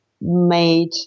made